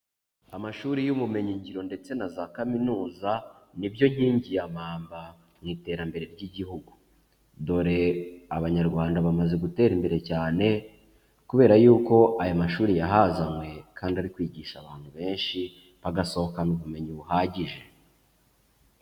Amashuri y'ubumenyingiro ndetse na za kaminuza, nibyo nkingi yamwamba mu iterambere ry'igihugu, dore abanyarwanda bamaze gutera imbere cyane kubera yuko aya mashuri yahazanywe kandi ari kwigisha abantu benshi bagasohokana ubumenyi buhagije.